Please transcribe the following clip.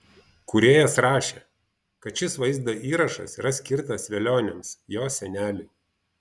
kūrėjas rašė kad šis vaizdo įrašas yra skirtas velioniams jo seneliui